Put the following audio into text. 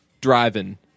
driving